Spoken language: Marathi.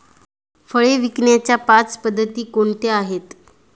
फळे विकण्याच्या पाच पद्धती कोणत्या आहेत?